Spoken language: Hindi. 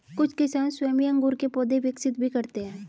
कुछ किसान स्वयं ही अंगूर के पौधे विकसित भी करते हैं